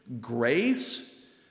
Grace